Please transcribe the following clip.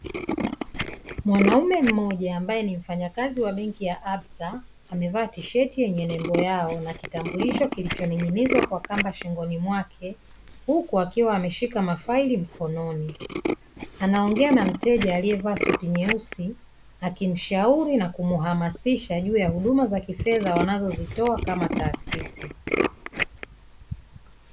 Mwanaume mmoja ambaye ni mfanyakazi wa benki ya Absa, mevaa tisheti yenye nembo yao na kitambulisho kilichoning'inizwa kwa kamba shingoni. Huku akiwa ameshika mafaili mikononi mwake. Anaongea na mteja aliyevaa suti nyeusi, akimshauri na kumhamasisha juu ya huduma za kifedha wanazozitoa kama taasisi.